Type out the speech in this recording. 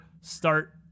start